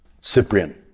Cyprian